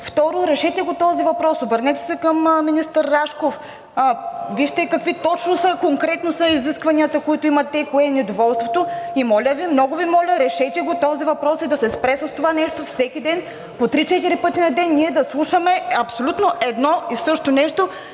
Второ, решете този въпрос – обърнете се към министър Рашков, вижте какви точно конкретно са изискванията, които имат те, и кое е недоволството. И моля Ви, много Ви моля, решете този въпрос и да се спре с това нещо – всеки ден, по три-четири пъти на ден, ние да слушаме абсолютно едно и също нещо,